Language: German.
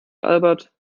albert